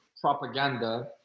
propaganda